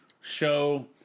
show